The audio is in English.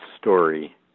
story